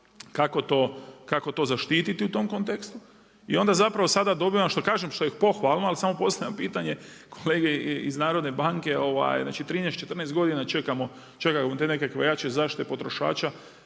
kako to zaštititi u tom kontekstu. I onda zapravo sada dobivamo, što kažem, što je pohvalno, ali samo postavljam pitanje kolegi iz Narodne banke, znači 13, 14 godina čekaju te nekakve jače zaštite potrošača